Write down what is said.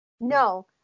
No